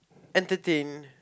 entertain